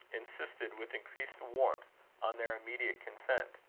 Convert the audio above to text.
insisted with increased warmth on their immediate consent.